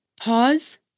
Pause